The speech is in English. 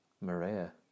Maria